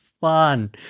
fun